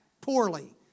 poorly